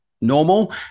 normal